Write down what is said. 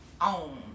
on